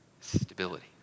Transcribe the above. stability